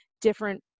different